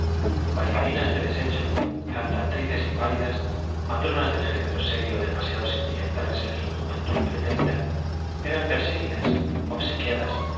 bailarinas de desecho cantatrices inválidas matronas del género serio demasiado sentimentales en su juventud pretérita eran perseguidas obsequiadas